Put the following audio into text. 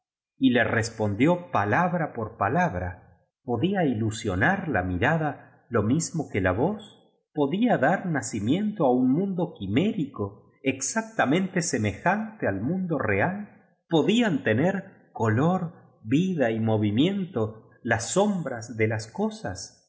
y le respondió palabra por palabra podía ilusionar la mirada lo mismo que la voz podía dar nacimiento á un mundo quimé rico exactamente semejante al mundo real podían tener co lor vida y movimiento las sombras de las cosas